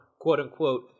quote-unquote